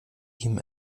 ihm